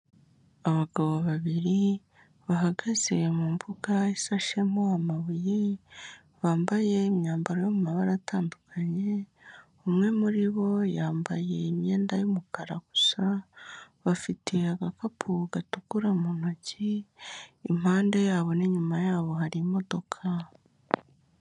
Abagabo babiri bahagaze mu mbuga isashemo amabuye, bambaye imyambaro y'amabara atandukanye, umwe muribo yambaye imyenda y'umukara gusa, bafite agakapu gatukura mu ntoki, impande yabo n'inyuma yabo hari imodoka.